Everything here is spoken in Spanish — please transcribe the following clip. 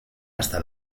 hasta